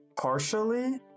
partially